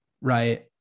Right